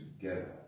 together